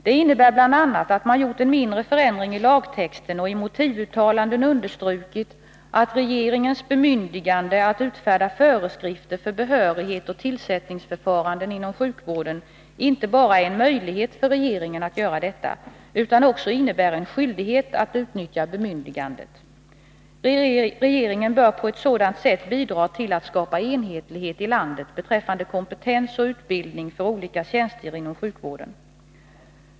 Det innebär bl.a. att man gjort en mindre förändring i lagtexten och i motivuttalanden understrukit att regeringens bemyndigande att utfärda föreskrifter för behörighet och tillsättningsförfaranden inom sjukvården inte bara är en möjlighet utan också en skyldighet som skall utnyttjas. Regeringen bör på så sätt bidra till att skapa enhetlighet i landet beträffande kompetens och utbildning för olika tjänster inom sjukvården.